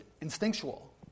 instinctual